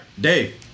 Dave